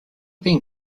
being